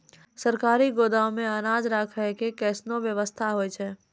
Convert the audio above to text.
सरकारी गोदाम मे अनाज राखै के कैसनौ वयवस्था होय छै?